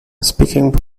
speaking